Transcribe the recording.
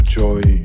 joy